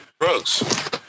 drugs